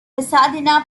pasadena